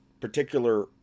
particular